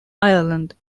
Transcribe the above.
ireland